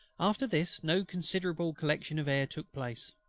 after this, no considerable collection of air took place.